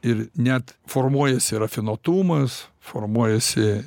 ir net formuojasi rafinuotumas formuojasi